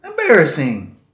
Embarrassing